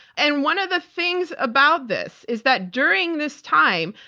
and one of the things about this is that during this time,